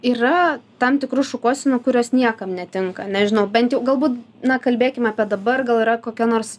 yra tam tikrų šukuosenų kurios niekam netinka nežinau bent jau galbūt na kalbėkim apie dabar gal yra kokia nors